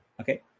Okay